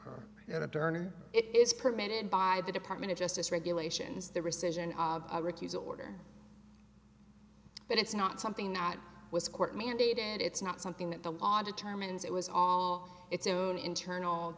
or it is permitted by the department of justice regulations the rescission recusal order but it's not something that was court mandated it's not something that the law determines it was all its own internal